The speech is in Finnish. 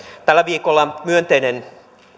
tällä viikolla myönteinen